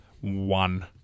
One